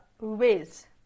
ways